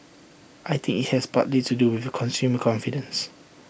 I think IT has partly to do with consumer confidence